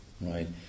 right